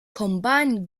combine